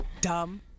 dumb